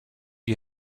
you